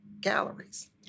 galleries